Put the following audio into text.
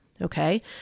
Okay